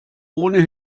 ohne